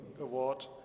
award